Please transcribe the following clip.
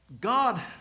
God